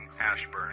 Ashburn